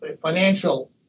financial